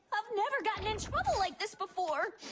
i've never gotten in trouble like this before